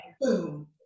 boom